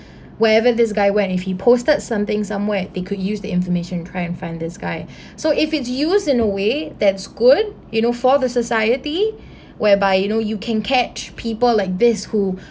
wherever this guy when if he posted something somewhere they could use the information and try and find this guy so if it's used in a way that's good you know for the society whereby you know you can catch people like this who